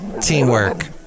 Teamwork